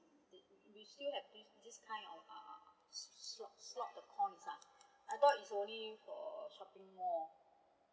that we still have this this kind of uh slot slot the coins ah I thought it's only for shopping mall